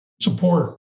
support